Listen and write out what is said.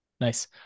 Nice